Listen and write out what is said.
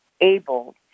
able